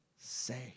say